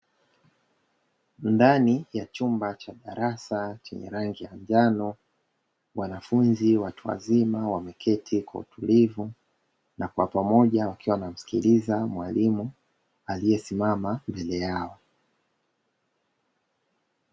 Ndani ya chumba cha darasa chenye rangi ya njano, wanafunzi watu wazima wameketi kwa utulivu na pamoja wakimsikiliza mwalimu aliyesimama mbele yao.